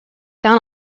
down